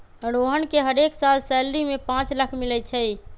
रोहन के हरेक साल सैलरी में पाच लाख मिलई छई